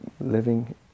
living